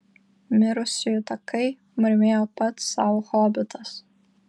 mirusiųjų takai murmėjo pats sau hobitas